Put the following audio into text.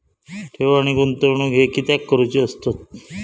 ठेव आणि गुंतवणूक हे कित्याक करुचे असतत?